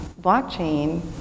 blockchain